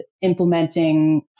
implementing